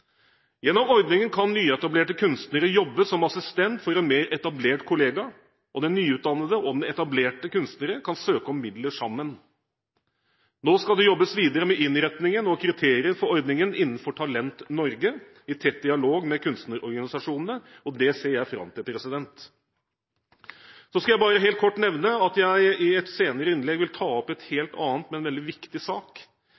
Gjennom ordningen kan nyetablerte kunstnere jobbe som assistenter for en mer etablert kollega, og den nyutdannede og den etablerte kunstner kan søke om midler sammen. Nå skal det jobbes videre med innretningen og kriterier for ordningen innenfor Talent Norge, i tett dialog med kunstnerorganisasjonene. Det ser jeg fram til. Så skal jeg bare helt kort nevne at jeg i et senere innlegg vil ta opp